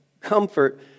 Comfort